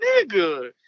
nigga